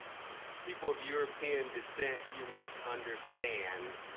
people of european descent, you must understand,